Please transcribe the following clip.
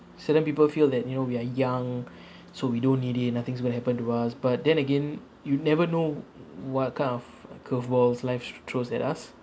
certain people feel that you know we are young so we don't need it nothing's going to happen to us but then again you never know what kind of curve balls life throws at us